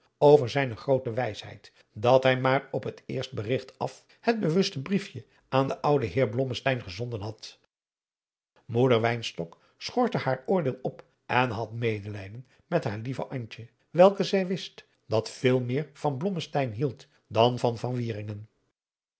over zijne groote wijsheid dat hij maar op het eerste berigt af het bewuste briefje aan den ouden heer blommesteyn gezonden had moeder wynstok schortte haar oordeel op en had meadriaan loosjes pzn het leven van johannes wouter blommesteyn delijden met haar lieve antje welke zij wist dat veel meer van blommesteyn hield dan van